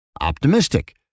optimistic